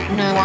no